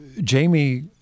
jamie